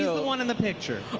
you know the one in the picture.